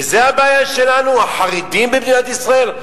וזאת הבעיה שלנו, החרדים במדינת ישראל?